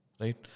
right